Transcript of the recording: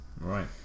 right